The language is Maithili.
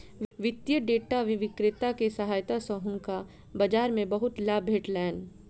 वित्तीय डेटा विक्रेता के सहायता सॅ हुनका बाजार मे बहुत लाभ भेटलैन